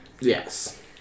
Yes